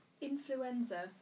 Influenza